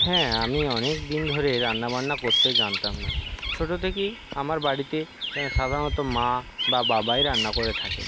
হ্যাঁ আমি অনেক দিন ধরেই রান্না বান্না করতে জানতাম না ছোটো থেকেই আমার বাড়িতে সাধারণত মা বা বাবাই রান্না করে থাকেন